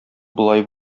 болай